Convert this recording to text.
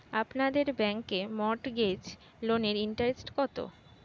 আপনাদের ব্যাংকে মর্টগেজ লোনের ইন্টারেস্ট কত?